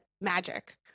magic